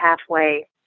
halfway